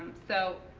so